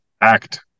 act